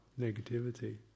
negativity